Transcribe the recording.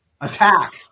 Attack